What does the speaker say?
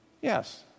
Yes